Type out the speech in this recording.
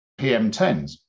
PM10s